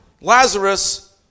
Lazarus